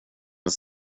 den